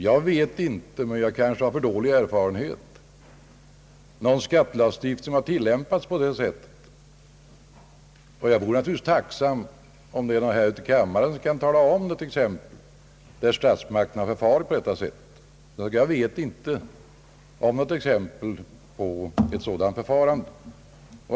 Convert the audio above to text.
Jag vet inte någon skattelagstiftning som har tillämpats på det sättet, och jag vore tacksam om någon i kammaren kunde ge ett exempel på att statsmakterna förfar på detta sätt.